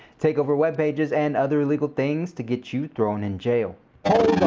take over web pages and other illegal things to get you thrown in jail